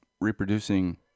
reproducing